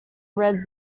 read